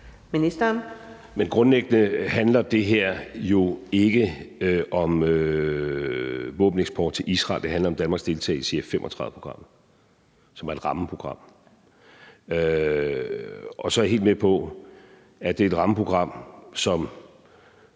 Grundlæggende handler det her jo ikke om våbeneksport til Israel, men det handler om Danmarks deltagelse i F 35-programmet, som er et rammeprogram. Så er jeg også helt med på, at det er et rammeprogram, som